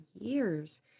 years